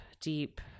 deep